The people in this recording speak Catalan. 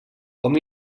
hom